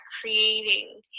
creating